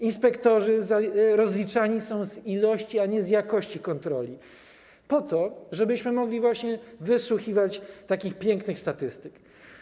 Inspektorzy rozliczani są z ilości, a nie z jakości kontroli, po to, żebyśmy mogli właśnie wysłuchiwać takich pięknych statystyk.